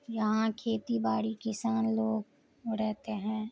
یہاں کھیتی باڑی کسان لوگ رہتے ہیں